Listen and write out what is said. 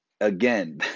Again